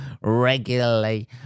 regularly